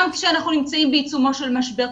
גם כשאנחנו נמצאים בעיצומו של משבר.